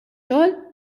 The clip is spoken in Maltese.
xogħol